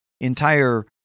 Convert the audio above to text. entire